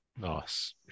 Nice